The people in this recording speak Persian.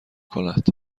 کند